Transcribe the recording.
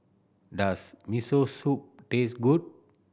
does Miso Soup taste good